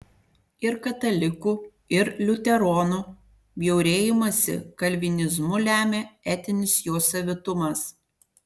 ir katalikų ir liuteronų bjaurėjimąsi kalvinizmu lemia etinis jo savitumas